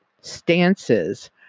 stances